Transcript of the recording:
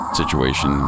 situation